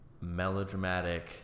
melodramatic